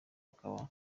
akaba